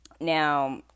Now